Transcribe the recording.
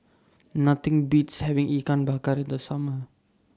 Nothing Beats having Ikan Bakar in The Summer